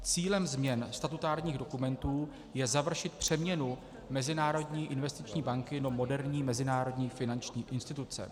Cílem změn statutárních dokumentů je završit přeměnu Mezinárodní investiční banky do moderní mezinárodní finanční instituce.